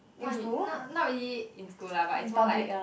not you not not really in school lah but it's more like